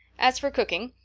as for cooking,